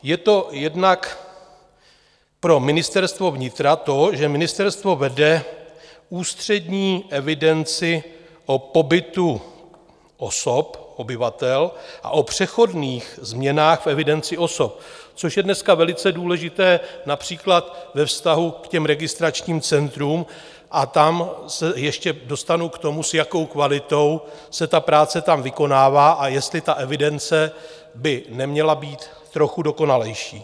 Je to jednak pro Ministerstvo vnitra to, že ministerstvo vede ústřední evidenci o pobytu osob, obyvatel a o přechodných změnách v evidenci osob, což je dneska velice důležité například ve vztahu k těm registračním centrům, a tam se ještě dostanu k tomu, s jakou kvalitou se ta práce tam vykonává a jestli ta evidence by neměla být trochu dokonalejší.